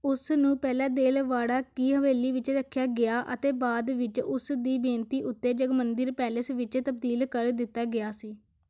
ਉਸ ਨੂੰ ਪਹਿਲਾਂ ਦੇਲਵਾੜਾ ਕੀ ਹਵੇਲੀ ਵਿੱਚ ਰੱਖਿਆ ਗਿਆ ਅਤੇ ਬਾਅਦ ਵਿੱਚ ਉਸ ਦੀ ਬੇਨਤੀ ਉੱਤੇ ਜਗ ਮੰਦਰ ਪੈਲੇਸ ਵਿੱਚ ਤਬਦੀਲ ਕਰ ਦਿੱਤਾ ਗਿਆ ਸੀ